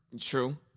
True